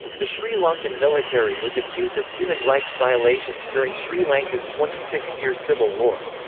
the sri lankan military was accused of human rights violations during sri lanka's twenty six year civil war.